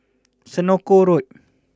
Senoko Road